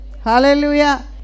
hallelujah